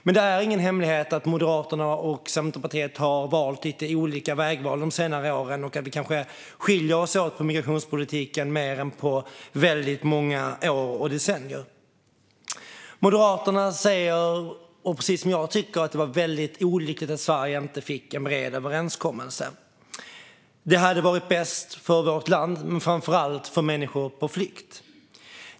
Det är dock ingen hemlighet att Moderaterna och Centerpartiet har gjort lite olika vägval de senare åren och att vi kanske skiljer oss åt i migrationspolitiken mer än på väldigt många år och decennier. Moderaterna säger att det var väldigt olyckligt - precis som jag tycker - att Sverige inte fick en bred överenskommelse. Det hade varit bäst för vårt land men framför allt för människor på flykt.